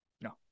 No